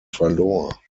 verlor